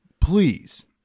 please